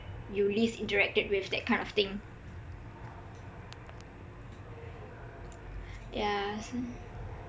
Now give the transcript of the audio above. you least interacted with tht kind of thing yah